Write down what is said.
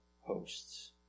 hosts